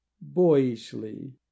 boyishly